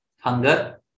hunger